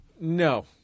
No